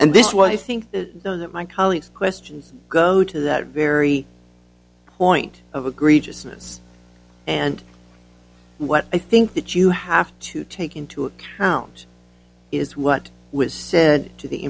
and this what i think that my colleagues questions go to that very point of agree just yes and what i think that you have to take into account is what was said to the